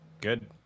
Good